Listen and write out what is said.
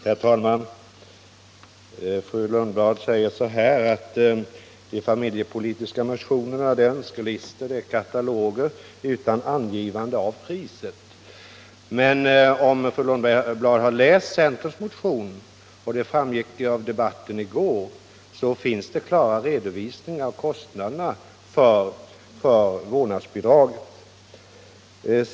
Herr talman! Fru Lundblad sade att de familjepolitiska motionerna är önskelistor och kataloger utan angivande av priset. Men om fru Lundblad hade läst centerns motion skulle hon ha funnit — det framgick också av debatten i går — att där finns det klara redovisningar av kostnaderna för vårdnadsbidraget.